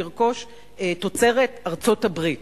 לרכוש תוצרת ארצות-הברית.